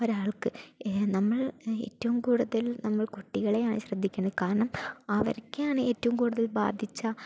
ഒരാൾക്ക് നമ്മൾ എറ്റവും കൂടുതൽ നമ്മൾ കുട്ടികളെയാണ് ശ്രദ്ധിക്കേണ്ടത് കാരണം അവർക്കാണ് എറ്റവും കൂടുതൽ ബാധിച്ച